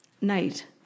Night